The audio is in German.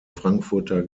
frankfurter